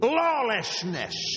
lawlessness